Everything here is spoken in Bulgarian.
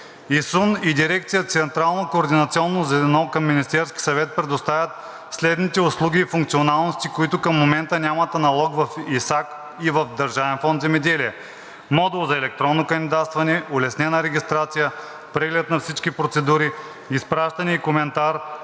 Министерския съвет предоставят следните услуги и функционалности, които към момента нямат аналог в ИСАК и в Държавен фонд „Земеделие“: модул за електронно кандидатстване, улеснена регистрация, преглед на всички процедури, изпращане и коментар